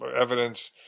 evidence